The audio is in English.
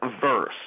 verse